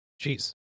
Jeez